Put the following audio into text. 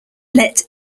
let